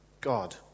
God